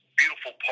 beautiful